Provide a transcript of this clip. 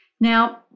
Now